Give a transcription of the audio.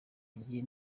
igihe